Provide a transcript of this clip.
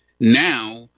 Now